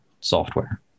software